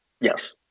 yes